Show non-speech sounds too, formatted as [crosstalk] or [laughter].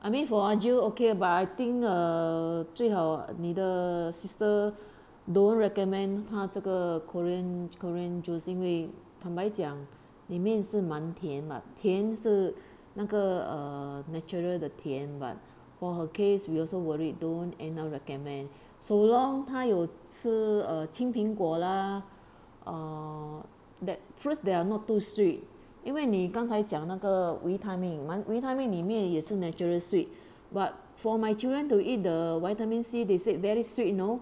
I mean for ah jill okay but I think err 最好你的 sister [breath] don't recommend 他这个 korean korean juice 因为坦白讲里面是蛮甜 but 甜是那个 err natural 的甜 but for her case we also worried don't anyhow recommend so long 他有吃 err 青苹果 lah (uh huh) that fruits that are not too sweet 因为你刚才讲那个维他命蛮维他命里面也是 natural sweet but for my children to eat the vitamin C they said very sweet you know